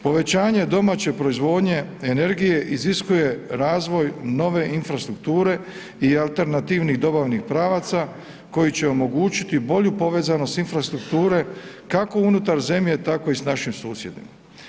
Povećanje domaće proizvodnje energije iziskuje razvoj nove infrastrukture i alternativnih dobavnih pravaca koji će omogućiti bolju povezanost infrastrukture kako unutar zemlje tako i s našim susjedima.